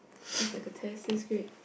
just like a test this script